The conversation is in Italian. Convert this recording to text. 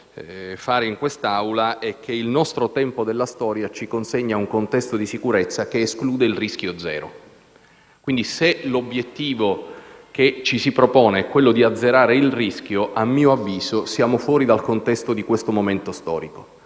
fare in quest'Assemblea è che il nostro momento storico ci consegna un contesto di sicurezza che esclude il rischio zero. Quindi, se l'obiettivo che ci si propone è azzerare il rischio, a mio avviso siamo fuori dal contesto di questo tempo. Noi